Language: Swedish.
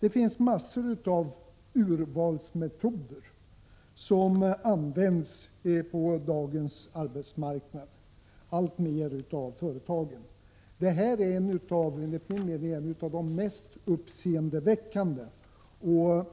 En mängd urvalsmetoder används alltmer av företagen på dagens arbetsmarknad. Men denna metod är enligt min mening en av de mest uppseendeväckande metoderna.